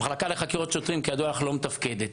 המחלקה לחקירות שוטרים, כידוע לך, לא מתפקדת.